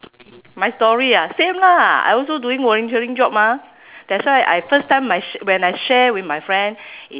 my story ah same ah I also doing volunteering job mah that's why I first time my sh~ when I share with my friend i~